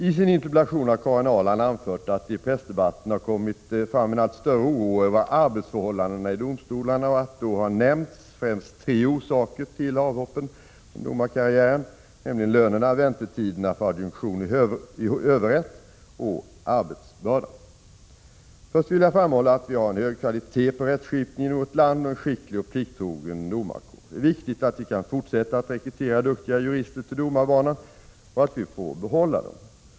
I sin interpellation har Karin Ahrland anfört att det i pressdebatten kommit fram en allt större oro över arbetsförhållandena i domstolarna och att då har nämnts främst tre orsaker till avhoppen från domarkarriären, nämligen lönerna, väntetiderna för adjunktion i överrätt och arbetsbördan. Först vill jag framhålla att vi har en hög kvalitet på rättsskipningen i vårt land och en skicklig och plikttrogen domarkår. Det är viktigt att vi kan fortsätta att rekrytera duktiga jurister till domarbanan och att vi får behålla dem.